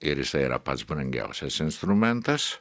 ir jisai yra pats brangiausias instrumentas